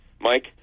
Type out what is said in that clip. Mike